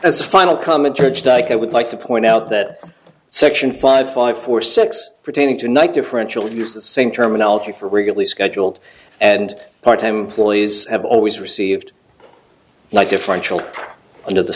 as a final comment urged ike i would like to point out that section five five four six pertaining to night differential gives the same terminology for regularly scheduled and part time employees have always received like differential under the